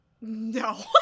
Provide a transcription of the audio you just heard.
no